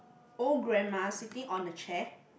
old grandma sitting on a chair